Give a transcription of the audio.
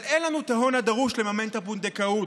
אבל אין לנו ההון הדרוש לממן את הפונדקאות,